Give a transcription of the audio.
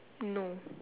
no